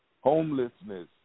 homelessness